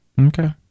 Okay